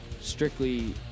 strictly